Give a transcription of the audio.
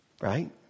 right